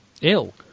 Ill